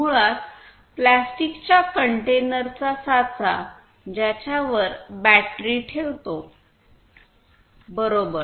मुळात प्लास्टिकच्या कंटेनरचा साचा ज्याच्यावर बॅटरी ठेवतो बरोबर